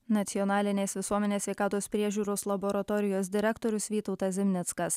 nacionalinės visuomenės sveikatos priežiūros laboratorijos direktorius vytautas zimnickas